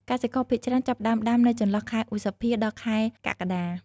កសិករភាគច្រើនចាប់ផ្ដើមដាំនៅចន្លោះខែ ឧសភា ដល់ ខែកក្កដា។